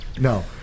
No